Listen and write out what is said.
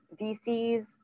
VCs